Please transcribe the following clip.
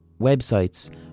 websites